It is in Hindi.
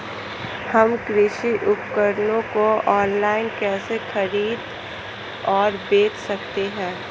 हम कृषि उपकरणों को ऑनलाइन कैसे खरीद और बेच सकते हैं?